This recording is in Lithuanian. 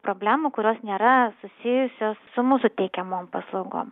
problemų kurios nėra susijusios su mūsų teikiamom paslaugom